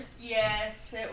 Yes